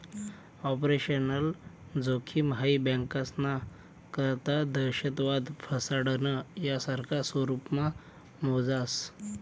operational जोखिम हाई बँकास्ना करता दहशतवाद, फसाडणं, यासारखा स्वरुपमा मोजास